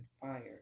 fire